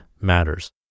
matters